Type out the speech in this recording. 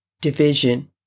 division